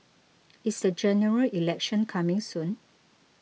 is the General Election coming soon